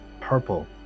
purple